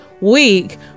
week